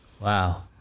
Wow